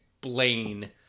Blaine